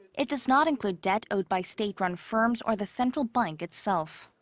it does not include debt owed by state-run firms or the central bank itself.